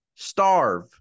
Starve